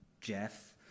Jeff